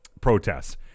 protests